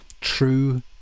True